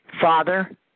Father